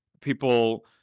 people